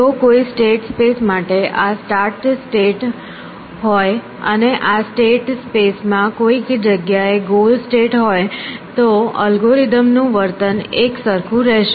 જો કોઈ state space માટે આ સ્ટાર્ટ સ્ટેટ હોય અને આ સ્ટેટ સ્પેસ માં કોઈક જગ્યા એ ગોલ સ્ટેટ હોય તો અલ્ગોરિધમ નું વર્તન એક સરખું રહેશે